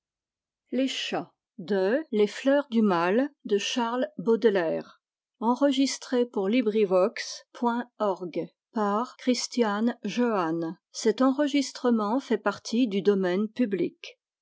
aux chats de belles piècesde vers les fleurs du mal en